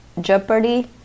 Jeopardy